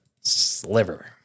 sliver